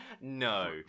no